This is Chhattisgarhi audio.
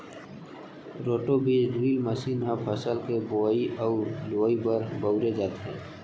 रोटो बीज ड्रिल मसीन ह फसल के बोवई बर अउ लुवाई बर बउरे जाथे